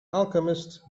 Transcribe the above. alchemist